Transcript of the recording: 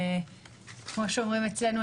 כמו שאומרים אצלנו,